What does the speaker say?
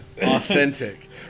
authentic